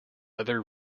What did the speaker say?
other